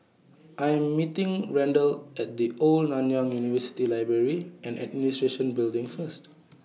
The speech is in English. I Am meeting Randle At The Old Nanyang University Library and Administration Building First